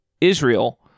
Israel